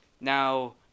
Now